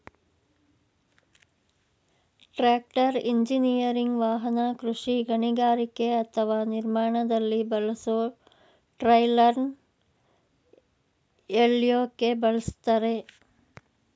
tractor engineering ವಾಹನ ಕೃಷಿ ಗಣಿಗಾರಿಕೆ ಅಥವಾ ನಿರ್ಮಾಣದಲ್ಲಿ ಬಳಸೊ ಟ್ರೈಲರ್ನ ಎಳ್ಯೋಕೆ ಬಳುಸ್ತರೆ